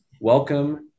welcome